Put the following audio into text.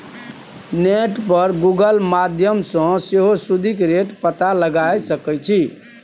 net पर Google माध्यमसँ सेहो सुदिक रेट पता लगाए सकै छी